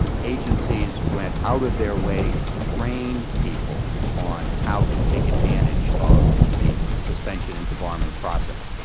ah agencies went out of their way to train people on how to take advantage of the suspension and debarment process.